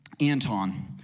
Anton